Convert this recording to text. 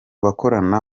bakorana